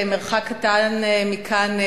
במרחק קטן מכאן,